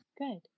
good